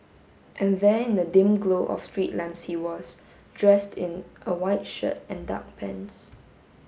and there in the dim glow of street lamps he was dressed in a white shirt and dark pants